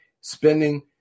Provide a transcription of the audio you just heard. spending